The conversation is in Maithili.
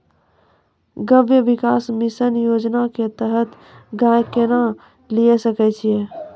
गव्य विकास मिसन योजना के तहत गाय केना लिये सकय छियै?